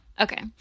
Okay